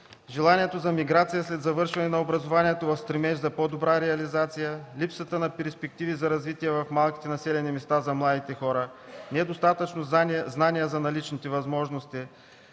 желанията за миграция след завършване на образованието в стремеж за по-добра реализация, липсата на перспективи за развитие в малките населени места за младите хора, недостатъчно знания за наличните възможности